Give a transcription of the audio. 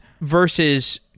versus